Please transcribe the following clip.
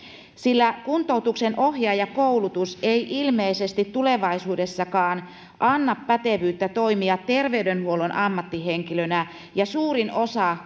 sillä kuntoutuksen ohjaajakoulutus ei ilmeisesti tulevaisuudessakaan anna pätevyyttä toimia terveydenhuollon ammattihenkilönä ja suurin osa